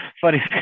funny